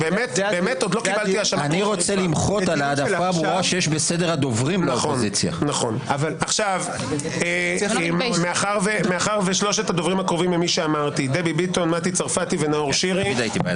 היה לנו חודש וחצי לפני הקמת הממשלה לראות איך הם מנהלים דיונים.